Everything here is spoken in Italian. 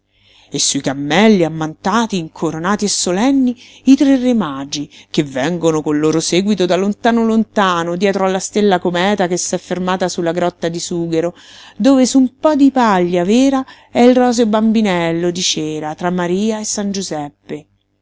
e sui cammelli ammantati incoronati e solenni i tre re magi che vengono col loro seguito da lontano lontano dietro alla stella cometa che s'è fermata su la grotta di sughero dove su un po di paglia vera è il roseo bambinello di cera tra maria e san giuseppe